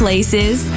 Places